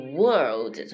world